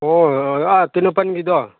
ꯑꯣ ꯑꯥ ꯇꯦꯡꯅꯧꯄꯜꯒꯤꯗꯣ